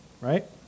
Right